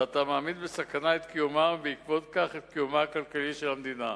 ואתה מעמיד בסכנה את קיומם ובעקבות כך את קיומה הכלכלי של המדינה.